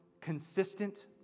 consistent